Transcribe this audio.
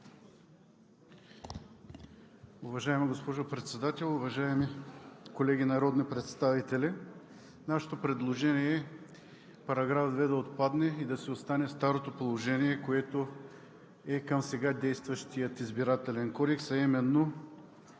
Уважаема госпожо Председател, уважаеми колеги народни представители! Нашето предложение е § 2 да отпадне и да си остане старото положение, което е към сега действащия Избирателен кодекс, а именно: